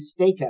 stakeout